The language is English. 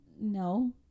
no